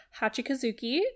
Hachikazuki